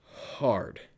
hard